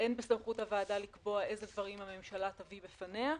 אין בסמכות הוועדה לקבוע איזה דברים הממשלה תביא בפניה.